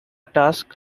task